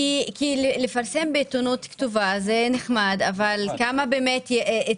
לפרסם בעיתונות כתובה זה נחמד אבל עד כמה זה מונגש?